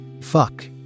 Fuck